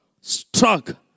struck